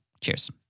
Cheers